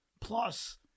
Plus